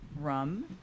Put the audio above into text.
rum